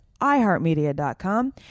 iHeartMedia.com